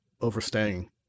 overstaying